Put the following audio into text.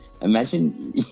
imagine